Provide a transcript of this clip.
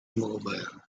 immobile